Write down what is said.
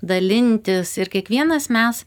dalintis ir kiekvienas mes